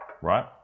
Right